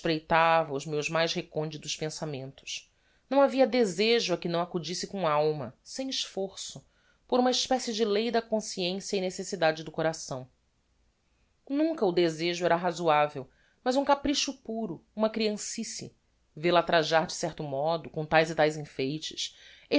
espreitava os meus mais reconditos pensamentos não havia desejo a que não acudisse com alma sem esforço por uma especie de lei da consciencia e necessidade do coração nunca o desejo era razoavel mas um capricho puro uma criancice vel-a trajar de certo modo com taes e taes enfeites